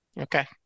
Okay